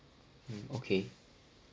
hmm okay